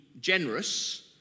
generous